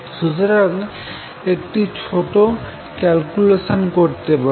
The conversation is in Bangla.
সুতরাং আমরা একটি ছোট ক্যাল্কুলেশান করতে পারি